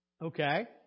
Okay